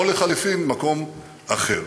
או לחלופין למקום אחר.